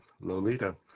Lolita